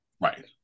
right